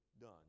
done